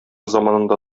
заманында